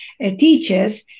teachers